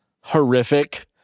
horrific